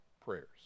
prayers